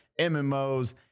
MMOs